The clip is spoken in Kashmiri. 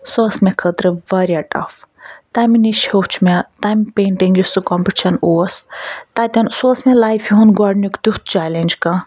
سۄ ٲسۍ مےٚ خٲطرٕ واریاہ ٹَف تَمہِ نِش ہیٛوچھ مےٚ تَمہِ پینٹِنٛگ یُس سُہ کۄمپِٹشَن اوس تَتیٚن سُہ اوس مےٚ لایفہِ ہُنٛد گۄڈٕنیٛک تیٛتھ چَلینٛج کانٛہہ